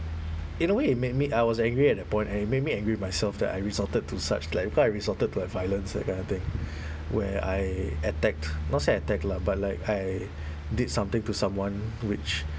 in a way it made me I was angry at that point and it make me angry with myself that I resorted to such like cause I resorted to like violence that kind of thing where I attacked not say attack lah but like I did something to someone which